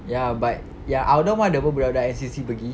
ya but yang outdoor pun ada [pe] budak-budak N_C_C pergi